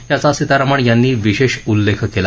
याचा सीतारामन यांनी विशेष उल्लेख केला